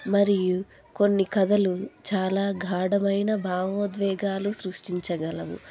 మరియు కొన్ని కథలు చాలా గాఢమైన భావోద్వేగాలు సృష్టించగలవు